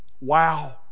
wow